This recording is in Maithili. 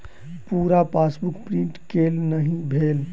पूरा पासबुक प्रिंट केल नहि भेल